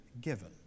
given